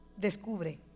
Descubre